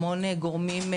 המון גורמים,